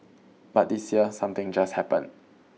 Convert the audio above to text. but this year something just happened